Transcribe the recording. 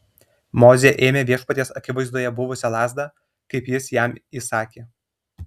mozė ėmė viešpaties akivaizdoje buvusią lazdą kaip jis jam įsakė